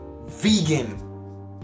Vegan